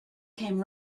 came